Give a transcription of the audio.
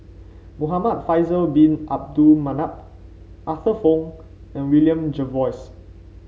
Muhamad Faisal Bin Abdul Manap Arthur Fong and William Jervois